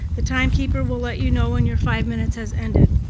the time keeper will let you know when your five minutes has ended.